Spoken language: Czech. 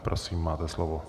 Prosím, máte slovo.